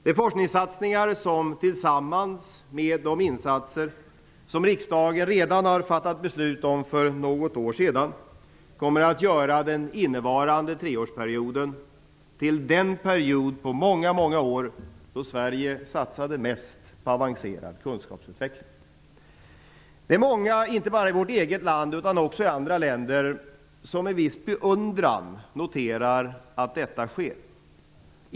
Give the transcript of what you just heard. Det är forskningssatsningar som, tillsammans med de insatser som riksdagen redan för något år sedan fattade beslut om, kommer att göra den innevarande treårsperioden till den period då Sverige satsade mest på avancerad kunskapsutveckling -- mer än på många, många år. Det är många, inte bara i vårt eget land utan också i andra länder, som med viss beundran noterar att detta sker.